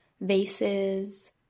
vases